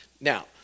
Now